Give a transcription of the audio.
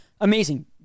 amazing